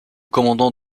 commandant